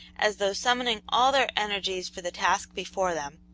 as though summoning all their energies for the task before them,